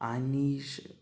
Aneesh